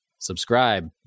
Subscribe